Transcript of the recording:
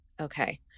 Okay